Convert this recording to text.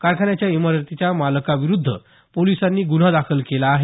कारखान्याच्या इमारतीच्या मालकाविरूद्ध पोलिसांनी गुन्हा दाखल केला आहे